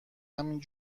همین